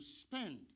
spend